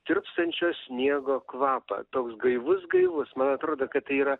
tirpstančio sniego kvapą toks gaivus gaivus man atrodo kad tai yra